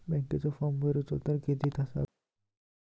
बँकेचो फार्म भरलो तर किती तासाक चालू होईत?